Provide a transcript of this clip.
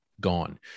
gone